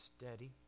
Steady